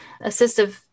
assistive